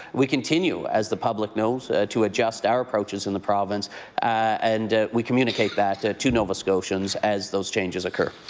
we continue as the public knows to adjust our approaches in the province and we communicate that to to nova scotians as those changes occur.